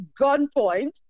gunpoint